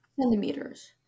Centimeters